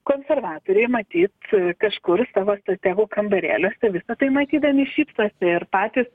konservatoriai matyt kažkur savo strategų kambarėliuose visa tai matydami šypsosi ir patys